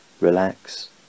relax